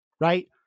Right